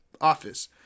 office